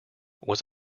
was